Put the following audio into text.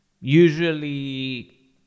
usually